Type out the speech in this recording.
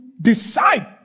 decide